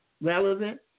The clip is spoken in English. relevant